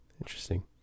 interesting